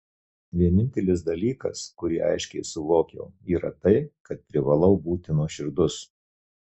vienintelis dalykas kurį aiškiai suvokiau yra tai kad privalau būti nuoširdus